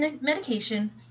medication